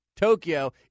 Tokyo